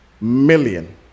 million